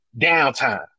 downtime